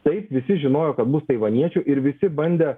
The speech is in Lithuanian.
taip visi žinojo kad bus taivaniečių ir visi bandė